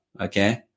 okay